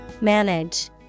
Manage